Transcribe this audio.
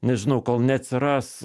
nežinau kol neatsiras